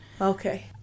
okay